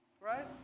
right